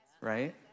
Right